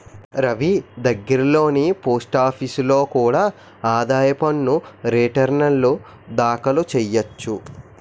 రవీ దగ్గర్లోని పోస్టాఫీసులో కూడా ఆదాయ పన్ను రేటర్న్లు దాఖలు చెయ్యొచ్చు